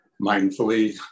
mindfully